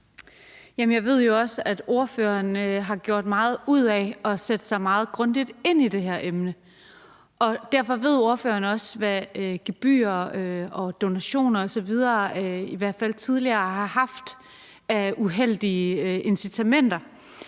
Jeg ved jo, at ordføreren har gjort meget ud af at sætte sig meget grundigt ind i det her emne, og derfor ved ordføreren også, hvad gebyrer og donationer osv. i hvert fald tidligere har haft af uheldige incitamenter.